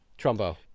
Trumbo